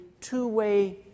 two-way